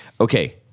okay